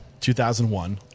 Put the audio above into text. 2001